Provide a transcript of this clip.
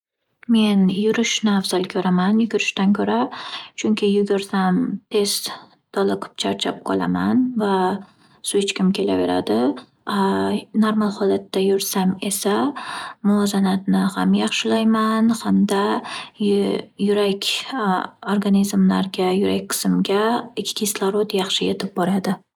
Men yurishni afzal ko'raman yugurishdan ko'ra. Chunki yugursam tez toliqib charchab qolaman va suv ichgim kelaveradi. Normal holatda yursam esa muvozanatni ham yaxshilayman hamda y-yurak organizmlarga yurak qismga kislorod yaxshi yetib boradi.